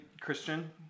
Christian